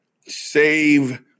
save